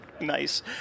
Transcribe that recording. nice